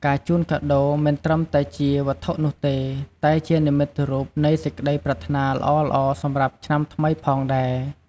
ការជូនកាដូរមិនត្រឹមតែជាវត្ថុនោះទេ តែជានិមិត្តរូបនៃសេចក្តីប្រាថ្នាល្អៗសម្រាប់ឆ្នាំថ្មីផងដែរ។